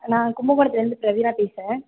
நான் கும்பகோணத்துலேருந்து ப்ரவீனா பேசுகிறேன்